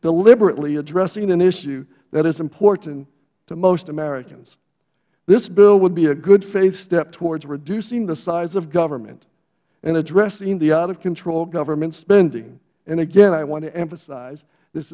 deliberately addressing an issue that is important to most americans this bill would be a good faith step toward reducing the size of government in addressing the outofcontrol government spending and again i want to emphasize this